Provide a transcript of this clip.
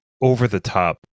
over-the-top